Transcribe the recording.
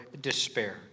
despair